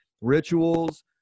rituals